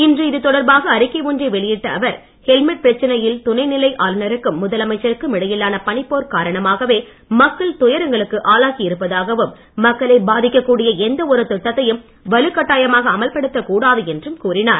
இன்று இதுதொடர்பாக அறிக்கை ஒன்றை வெளியிட்ட அவர் ஹெல்மெட் முதலமைச்சருக்கும் இடையிலான பணிப்போர் காரணமாகவே மக்கள் துயரங்களுக்கு ஆளாகி இருப்பதாகவும் மக்களை பாதிக்க கூடிய எந்த ஒரு திட்டத்தையும் வலுக் கட்டாயமாக அமல்படுத்தக் கூடாது என்றும் கூறினார்